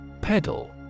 Pedal